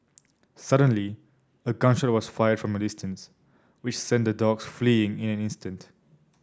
suddenly a gun shot was fired from a distance which sent the dogs fleeing in an instant